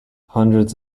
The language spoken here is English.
hundreds